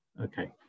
Okay